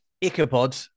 Ichabod